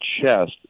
chest